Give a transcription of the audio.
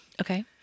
Okay